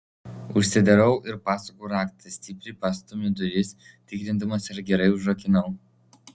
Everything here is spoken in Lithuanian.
užsidarau ir pasuku raktą stipriai pastumiu duris tikrindamas ar gerai užrakinau